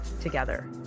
together